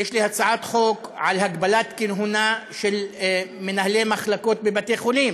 יש לי הצעת חוק להגבלת הכהונה של מנהלי מחלקות בבתי-חולים,